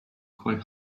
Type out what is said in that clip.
quite